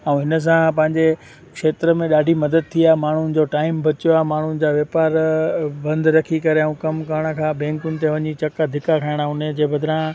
ऐं हिन सां पंहिंजे क्षेत्र में ॾाढी मदद थी आहे माण्हुनि जो टाईम बचो आहे माण्हुनि जा वापारु बंदि रखी करे ऐं कमु करण खां बेंकुनि ते वञी चकर धिका खाइणा जुन जे बदिरां